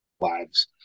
lives